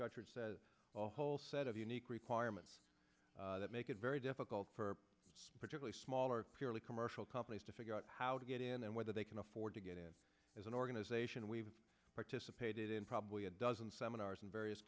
a whole set of unique requirements that make it very difficult for particularly small or purely commercial companies to figure out how to get in and whether they can afford to get in as an organization we've participated in probably a dozen seminars in various